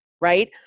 right